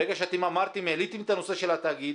ברגע שאתם העליתם את הנושא של התאגיד